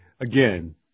again